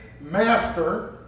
Master